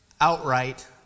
outright